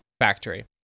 factory